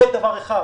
שלום רב.